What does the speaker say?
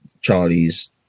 charlie's